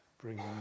bring